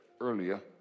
earlier